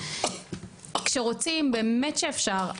כשרוצים באמת שאפשר,